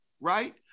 right